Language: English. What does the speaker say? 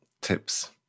tips